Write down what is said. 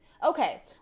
Okay